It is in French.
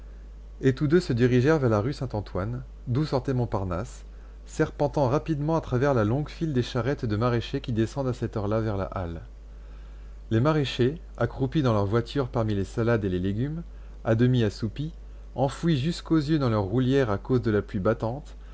et tous deux se dirigèrent vers la rue saint-antoine d'où sortait montparnasse serpentant rapidement à travers la longue file des charrettes de maraîchers qui descendent à cette heure-là vers la halle les maraîchers accroupis dans leurs voitures parmi les salades et les légumes à demi assoupis enfouis jusqu'aux yeux dans leurs roulières à cause de la pluie battante